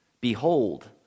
behold